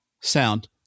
sound